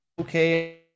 okay